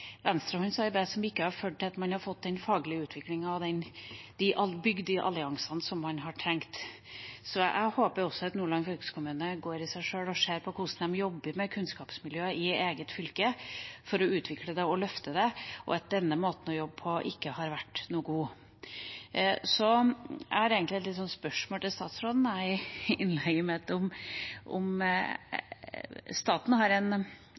som ikke har ført til at man har fått den faglige utviklinga og bygd de alliansene som man har trengt. Så jeg håper også at Nordland fylkeskommune går i seg sjøl og ser på hvordan de jobber med kunnskapsmiljøet i eget fylke for å utvikle det og løfte det, og at denne måten å jobbe på ikke har vært noe god. Så har jeg et spørsmål til statsråden i innlegget mitt: Hvis man som borger møter staten, har staten en